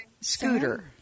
Scooter